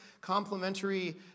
complementary